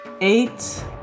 eight